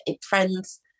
friends